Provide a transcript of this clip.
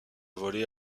voler